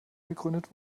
gegründet